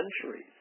centuries